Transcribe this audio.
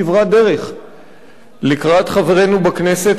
כברת דרך לקראת חברינו בכנסת,